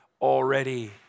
already